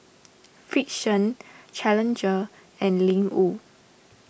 Frixion challenger and Ling Wu